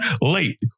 late